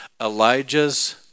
Elijah's